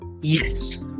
Yes